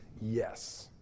Yes